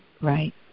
right